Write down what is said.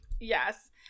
Yes